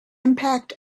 impact